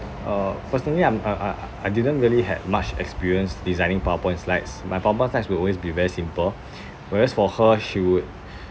uh personally I'm uh uh I didn't really had much experience designing powerpoint slides my powerpoint slides will always be very simple whereas for her she would